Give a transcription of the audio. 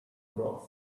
broth